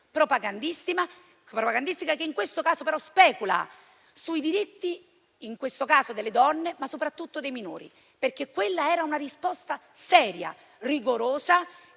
propagandistica, che in questo caso però specula sui diritti delle donne, ma soprattutto dei minori. Quella era una risposta seria e rigorosa,